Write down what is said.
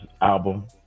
album